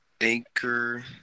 anchor